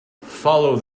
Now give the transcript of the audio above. follow